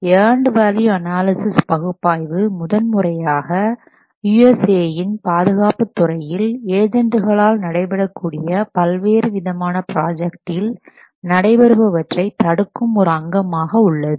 earned value analysis பகுப்பாய்வு முதன்முறையாக USA இன் பாதுகாப்பு துறையில் ஏஜெண்டுகளால் நடைபெறக்கூடிய பல்வேறு விதமான ப்ராஜெக்டில் நடைபெறுபவற்றை தடுக்கும் ஒரு அங்கமாக உள்ளது